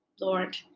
Lord